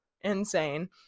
Insane